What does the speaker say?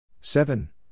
seven